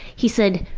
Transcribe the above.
he said,